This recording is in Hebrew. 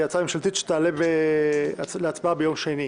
זו הצעה ממשלתית שלתעלה להצבעה ביום שני.